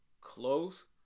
close